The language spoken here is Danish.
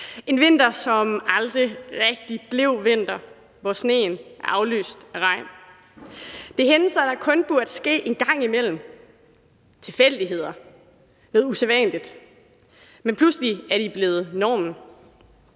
en vinter, som aldrig rigtig blev vinter, hvor sneen blev afløst af regn. Det er hændelser, der kun burde ske en gang imellem, tilfældigheder, noget usædvanligt, men pludselig er de blevet normen.